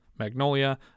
magnolia